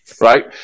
Right